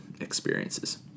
experiences